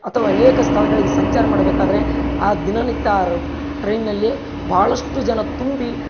ಅಥವಾ ಅನೇಕ ಸ್ಥಳಗಳಿಗೆ ಸಂಚಾರ ಮಾಡಬೇಕಾದ್ರೆ ಆ ದಿನನಿತ್ಯ ಟ್ರೈನಲ್ಲಿ ಭಾಳಷ್ಟು ಜನ ತುಂಬಿ